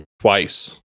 twice